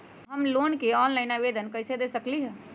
हम लोन के ऑनलाइन आवेदन कईसे दे सकलई ह?